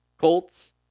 Colts